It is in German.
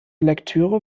lektüre